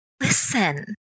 listen